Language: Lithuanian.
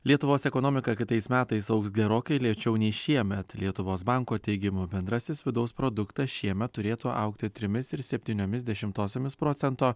lietuvos ekonomika kitais metais augs gerokai lėčiau nei šiemet lietuvos banko teigimu bendrasis vidaus produktas šiemet turėtų augti trimis ir septyniomis dešimtosiomis procento